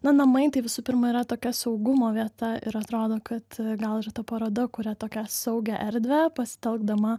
na namai tai visų pirma yra tokia saugumo vieta ir atrodo kad gal ir ta paroda kuria tokią saugią erdvę pasitelkdama